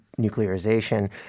nuclearization